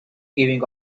giving